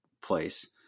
place